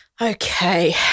Okay